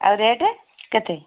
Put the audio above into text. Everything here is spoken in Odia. ଆଉ ରେଟ୍ କେତେ